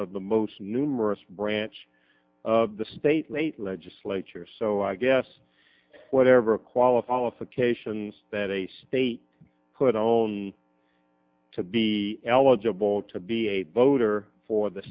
of the most numerous branch of the state legislature so i guess whatever qualifications that a state put on to be eligible to be a voter for the